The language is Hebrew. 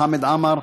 חמד עמאר,